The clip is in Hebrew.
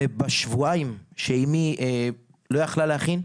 ובשבועיים שאימי לא יכלה להכין,